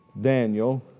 Daniel